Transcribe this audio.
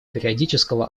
периодического